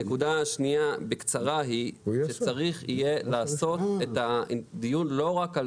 הנקודה השניה היא שצריך יהיה לעשות את הדיון לא רק על